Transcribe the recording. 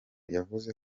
yavuze